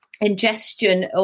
ingestion